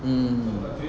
mm